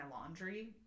laundry